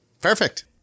Perfect